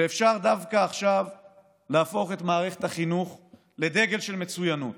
ואפשר דווקא עכשיו להפוך את מערכת החינוך לדגל של מצוינות